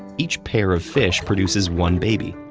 each pair of fish produces one baby,